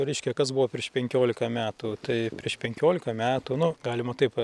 reiškia kas buvo prieš penkiolika metų tai prieš penkiolika metų nu galima taip